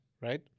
right